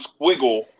squiggle